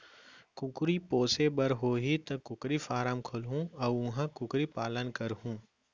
कुकरी पोसे बर होही त कुकरी फारम खोलहूं अउ उहॉं कुकरी पालन करहूँ